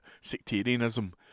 sectarianism